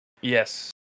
Yes